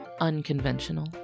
unconventional